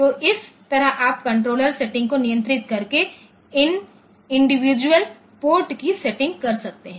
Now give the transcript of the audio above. तो इस तरह आप कंट्रोलर सेटिंग को नियंत्रित करके इन इंडिविजुअल पोर्टकी सेटिंग कर सकते हैं